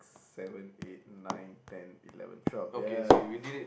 seven eight nine ten eleven twelve ya